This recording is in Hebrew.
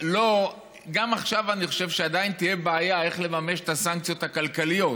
גם עכשיו אני חושב שעדיין תהיה בעיה איך לממש את הסנקציות הכלכליות,